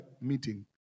meeting